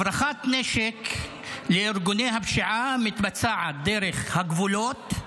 הברחת נשק לארגוני הפשיעה מתבצעת דרך הגבולות,